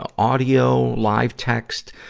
ah audio, live text,